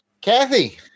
kathy